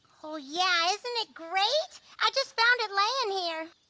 oh yeah, isn't it great? i just found it laying here.